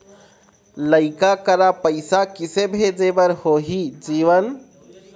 लइका करा पैसा किसे भेजे बार होही जीवन